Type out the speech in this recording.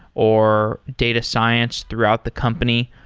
or data science throughout the company.